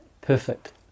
perfect